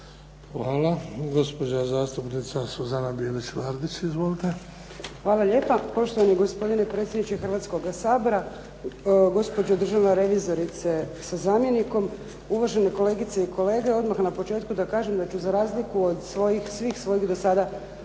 Hvala. Gospođa zastupnica Suzana Bilić-Vardić. Izvolite. **Bilić Vardić, Suzana (HDZ)** Hvala lijepa. Poštovani gospodine predsjedniče Hrvatskoga sabora, gospođo državna revizorice sa zamjenikom, uvažene kolegice i kolege. Odmah na početku da kažem da ću za razliku svih svojih do sada